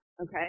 Okay